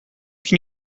can